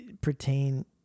pertain